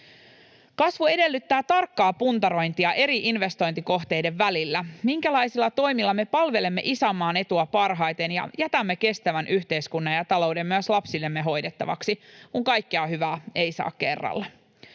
Kasvu edellyttää tarkkaa puntarointia eri investointikohteiden välillä — minkälaisilla toimilla me palvelemme isänmaan etua parhaiten ja jätämme kestävän yhteiskunnan ja talouden myös lapsillemme hoidettavaksi, kun kaikkea hyvää ei saa kerralla.